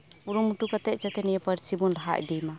ᱠᱩᱨᱩᱢᱩᱴᱩ ᱠᱟᱛᱮᱜ ᱡᱟᱛᱮ ᱱᱤᱭᱟᱹ ᱯᱟᱹᱨᱥᱤ ᱵᱩᱱ ᱞᱟᱦᱟ ᱤᱫᱤᱭᱢᱟ